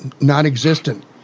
non-existent